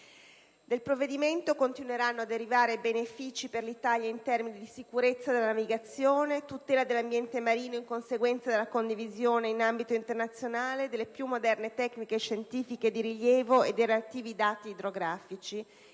Dal provvedimento continueranno a derivare benefìci per l'Italia in termini di sicurezza della navigazione e tutela dell'ambiente marino, in conseguenza della condivisione, in ambito internazionale, delle più moderne tecniche scientifiche di rilevamento e dei relativi dati idrografici.